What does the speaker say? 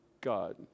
God